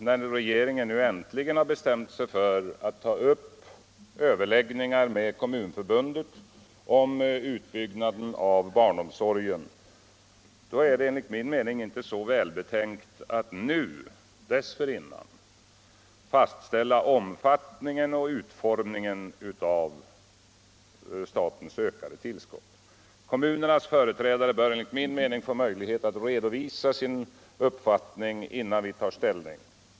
När regeringen nu äntligen bestämt sig för att ta upp överläggningar med Kommunförbundet om utbyggnaden av barnomsorgen är det inte så välbetänkt att dessförinnan fastställa omfattningen och utformningen av statens ökade tillskott. Kommunernas företrädare bör få möjlighet att redovisa sin uppfattning innan vi tar ställning.